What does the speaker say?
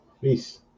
Peace